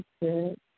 good